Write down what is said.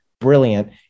brilliant